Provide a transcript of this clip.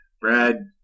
Brad